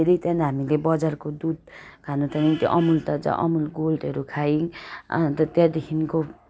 फेरि त्यहाँदेखि हामीले बजारको दुध खानु थाल्यौँ त्यो अमुल ताजा अमुल गोल्डहरू खायौँ अन्त त्याँदेखिनको